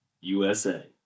USA